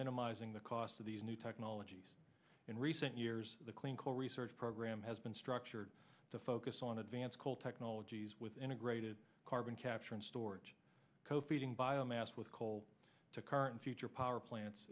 minimizing the cost of these new technologies in recent years the clean coal research program has been structured to focus on advanced coal technologies with integrated carbon capture and storage coping biomass with coal to current and future power plants